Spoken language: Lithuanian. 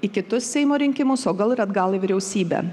į kitus seimo rinkimus o gal ir atgal į vyriausybę